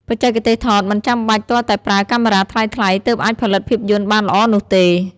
បច្ចេកទេសថតមិនចាំបាច់ទាល់តែប្រើកាមេរ៉ាថ្លៃៗទើបអាចផលិតភាពយន្តបានល្អនោះទេ។